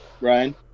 Ryan